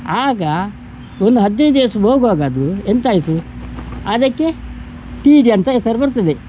ಆಗ ಒಂದು ಹದಿನೈದು ದಿವ್ಸ ಹೋಗುವಾಗ ಅದು ಎಂತಾಯಿತು ಅದಕ್ಕೆ ಟಿ ಡಿ ಅಂತ ಹೆಸರು ಬರ್ತದೆ